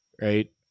right